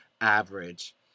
average